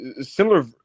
similar